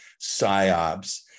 psyops